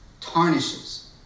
tarnishes